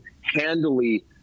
handily